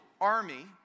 army